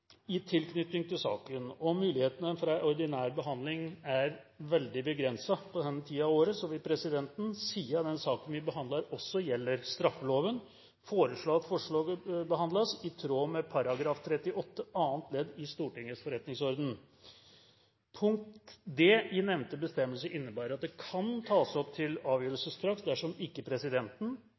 i tilknytning til saken og mulighetene for en ordinær behandling er veldig begrenset på denne tiden av året, vil presidenten, siden den saken vi behandler, også gjelder straffeloven, foreslå at forslaget behandles i tråd med § 38 annet ledd i Stortingets forretningsorden. Punkt d i nevnte bestemmelse innebærer at det kan tas opp til avgjørelse straks dersom ikke presidenten